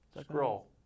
Scroll